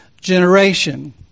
generation